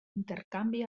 intercanvi